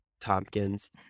Tompkins